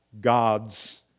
gods